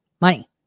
Money